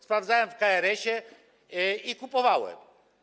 Sprawdzałem w KRS-ie i kupowałem.